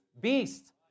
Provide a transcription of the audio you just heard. beast